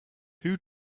who